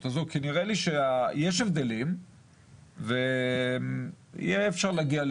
הזאת כי נראה לי שיש הבדלים ויהיה אפשר להגיע,